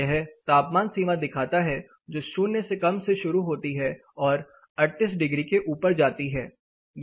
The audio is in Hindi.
यह तापमान सीमा दिखाता है जो शून्य से कम से शुरू होती है और 38 डिग्री के ऊपर जाती है